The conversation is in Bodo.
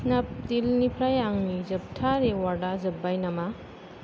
नापडिलनिफ्राय आंनि जोबथा रिवार्डआ जोब्बाय नामा